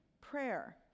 Prayer